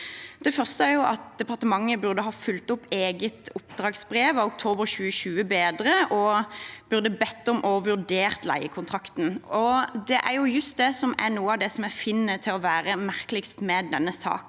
Det første er at departementet burde ha fulgt opp bedre eget oppdragsbrev av oktober 2020, og burde bedt om og vurdert leiekontrakten. Det er just det som er noe av det jeg finner merkeligst ved denne saken.